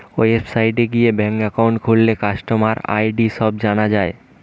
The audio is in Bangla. ওয়েবসাইটে গিয়ে ব্যাঙ্ক একাউন্ট খুললে কাস্টমার আই.ডি সব জানা যায়